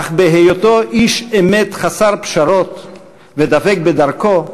אך בהיותו איש אמת חסר פשרות ודבק בדרכו,